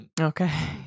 okay